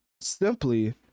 simply